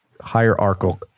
hierarchical